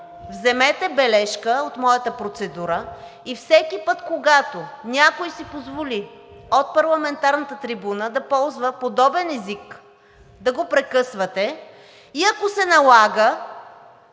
вземете бележка от моята процедура и всеки път, когато някой си позволи от парламентарната трибуна да ползва подобен език, да го прекъсвате и ако се налага,